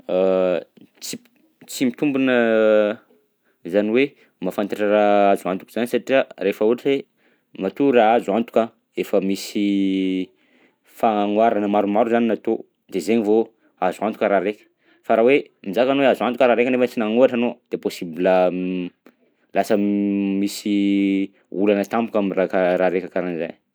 Ts- tsy mitombina izany hoe mahafantatra raha azo antoka zany satria rehefa ohatra hoe matoa raha azo antoka efa misy fagnoharana maromaro zany natao de zainy vao azo antoka raha raika fa raha hoe mizaka anao hoe azo antoka raha raika nefa sy nanohatra anao de possibla lasa misy olana tampoka am'raha ka- raha raika karahan'zay.